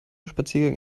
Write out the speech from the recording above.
spaziergang